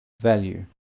value